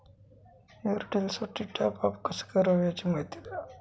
एअरटेलसाठी टॉपअप कसे करावे? याची माहिती द्या